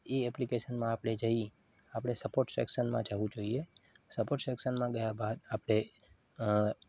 એ એપ્લિકેશનમાં આપણે જઈ આપણે સપોર્ટ સેક્શનમાં જવું જોઈએ સપોર્ટ સેક્સનમાં ગયા બાદ આપણે